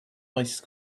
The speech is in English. ice